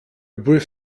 brief